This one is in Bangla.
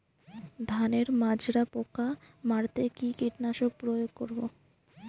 ধানের মাজরা পোকা মারতে কি কীটনাশক প্রয়োগ করব?